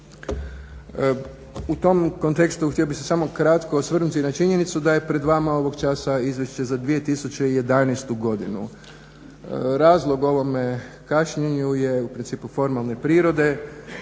U tom kontekstu htio bih se samo kratko osvrnuti na činjenicu da je ovog časa pred vama izvješće za 2011.godinu. razlog ovom kašnjenju je u principu formalne prirode.